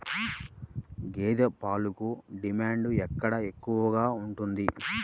గేదె పాలకు డిమాండ్ ఎక్కడ ఎక్కువగా ఉంది?